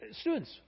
Students